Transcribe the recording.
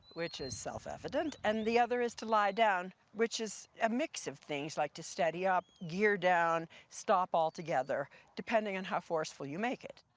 which is self evident, and the other is to lie down, which is a mix of things like to steady up, gear down, stop altogether, depending on how forceful you make it.